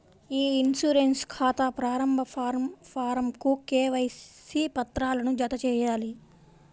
ఇ insurance ఖాతా ప్రారంభ ఫారమ్కు కేవైసీ పత్రాలను జతచేయాలి